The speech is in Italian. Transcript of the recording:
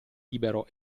libero